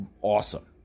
awesome